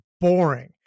boring